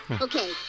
Okay